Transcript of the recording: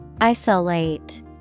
Isolate